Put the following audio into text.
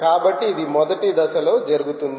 కాబట్టి ఇది మొదటి దశలో జరుగుతుంది